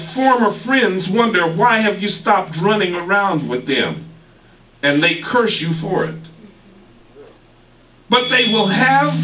former friends wonder why have you stopped running around with them and they curse you for but they will have